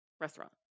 restaurant